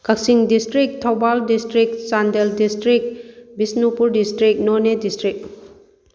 Kakching district Thoubal district Chandel district Bishnupur district Noney district